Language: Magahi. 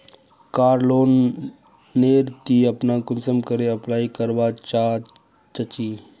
कार लोन नेर ती अपना कुंसम करे अप्लाई करवा चाँ चची?